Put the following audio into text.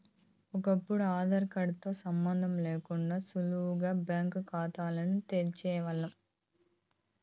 ఒకప్పుడు ఆదార్ తో సంబందం లేకుండా సులువుగా బ్యాంకు కాతాల్ని తెరిసేవాల్లం